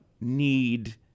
need